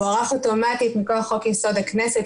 הוא הוארך אוטומטית מכוח חוק יסוד: הכנסת,